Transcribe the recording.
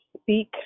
speak